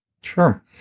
Sure